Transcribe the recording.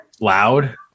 loud